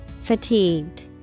Fatigued